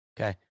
okay